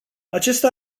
acesta